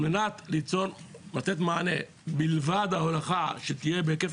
על מנת לתת מענה מלבד ההולכה שתהיה בהיקף